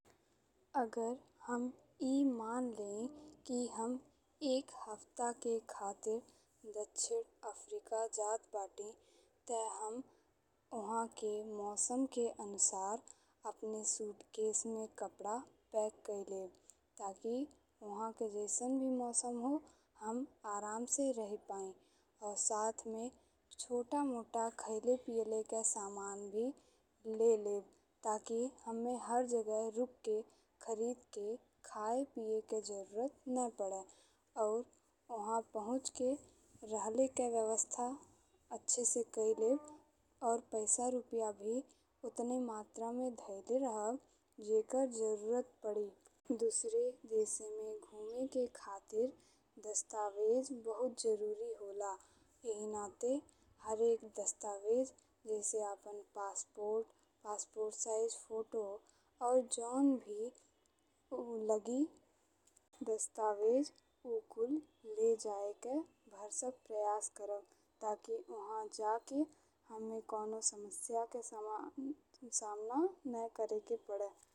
अगर हम एह मान लेइ कि हम एक हफ्ता के खातिर दक्षिण अफ्रीका जात बाटी ते हम ओहाँ के मौसम के अनुसार अपने सूटकेस में कपड़ा पैक कइ लेब ताकि ओहाके जइसन भी मौसम हो हम आराम से रही पाई। और साथ में छोटा मोटा खाइले पियले के सामान भी ले लेब ताकि हम्मे हर जगह रुक के खरीद के खाय पिये के जरूरत न पड़े। और ओह पँहुँच के रहे के व्यवस्था अच्छे से कइ लेब और पैसा रुपया भी ओतने मात्रा में ढा इले रहब जेकर जरूरत पड़ी। दुसरे देश में घूमे के खातिर दस्तावेज बहुत जरुरी होला एही नाते हर एक दस्तावेज जइसें आपन पासपोर्ट, पासपोर्ट साइज फोटो और जउन भी लागि दस्तावेज उ कुल ले जइके भरसक प्रयास करब ताकि ओह जाके हम्मे कवनो समस्या के सामना ने करेके पड़े।